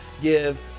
give